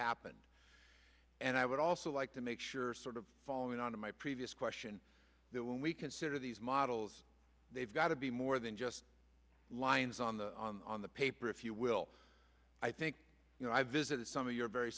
happened and i would also like to make sure sort of following on my previous question that when we consider these models they've got to be more than just lines on the on the paper if you will i think you know i visited some of your very